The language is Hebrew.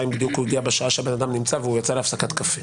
אם הוא הגיע בדיוק בשעה שהאדם נמצא והוא יצא להפסקת קפה